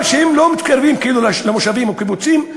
אבל כשהם לא מתקרבים כאילו למושבים או קיבוצים,